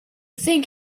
sink